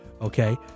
okay